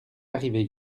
arrivés